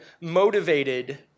motivated